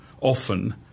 often